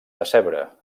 decebre